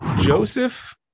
Joseph